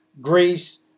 Greece